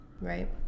Right